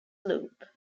loop